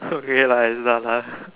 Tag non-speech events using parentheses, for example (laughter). (laughs) okay like (laughs)